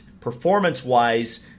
performance-wise